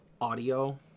audio